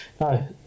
No